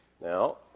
Now